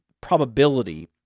probability